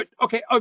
okay